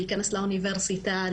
להיכנס לאוניברסיטה,